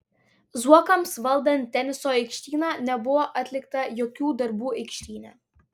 zuokams valdant teniso aikštyną nebuvo atlikta jokių darbų aikštyne